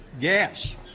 gas